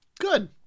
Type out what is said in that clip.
Good